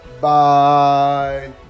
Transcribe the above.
Bye